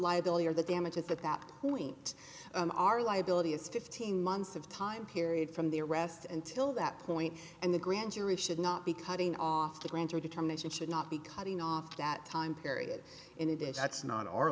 liability or the damage at that point our liability is fifteen months of time period from the arrest and till that point and the grand jury should not be cutting off the plans or determination should not be cutting off that time period in addition that's not our